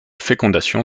fécondation